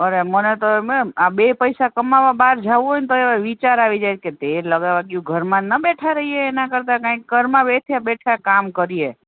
અરે મને તો એમ બે પૈસા કમાવવા બહાર જવું હોય ને તોય હવે વિચાર આવી જાય છે તેલ લગાવવા ગયું ઘરમાં ના બેઠા રહીએ એના કરતાં કાંઈક ઘરમાં બેસ્યા બેઠા બેઠા કામ કરીએ